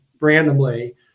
randomly